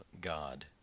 God